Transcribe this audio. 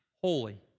holy